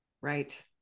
right